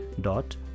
dot